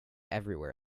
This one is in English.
everywhere